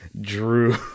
drew